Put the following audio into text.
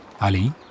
Ali